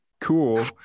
cool